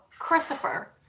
Christopher